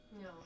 No